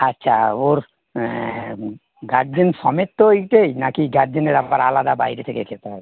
আচ্ছা ওর গার্জেন সমেত তো ওইটেই নাকি গার্জেনের আবার আলাদা বাইরে থেকে খেতে হবে